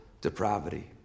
depravity